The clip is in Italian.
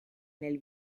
nel